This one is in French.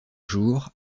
jour